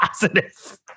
positive